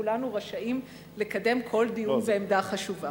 וכולנו רשאים לקדם כל דיון ועמדה חשובה.